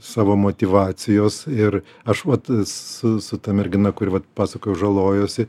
savo motyvacijos ir aš vat su su ta mergina kuri vat pasakojau žalojosi